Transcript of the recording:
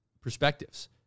perspectives